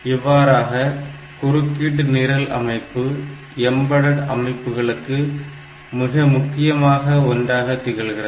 இவ்வாறாக குறுக்கீடு நிரல் அமைப்பு எம்பெடட் அமைப்புகளுக்கு மிக முக்கியமான ஒன்றாக திகழ்கிறது